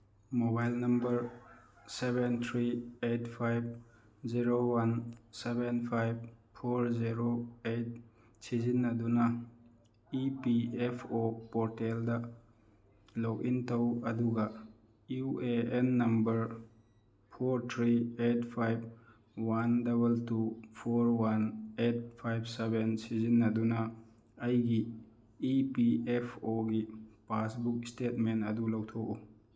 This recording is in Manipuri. mobile number seven three eight five zero one seven five four zero eight ꯁꯤꯖꯤꯟꯅꯗꯨꯅ ꯏ ꯄꯤ ꯑꯦꯐ ꯑꯣ ꯄꯣꯔꯇꯦꯜꯗ ꯂꯣꯛ ꯏꯟ ꯇꯧ ꯑꯗꯨꯒ U A N number four three eight five one double two four one eight five seven ꯁꯤꯖꯤꯟꯅꯗꯨꯅ ꯑꯩꯒꯤ ꯏ ꯄꯤ ꯑꯦꯐ ꯑꯣꯒꯤ ꯄꯥꯁꯕꯨꯛ ꯏꯁꯇꯦꯠꯃꯦꯟ ꯑꯗꯨ ꯂꯧꯊꯣꯛꯎ